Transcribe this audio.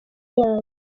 yanjye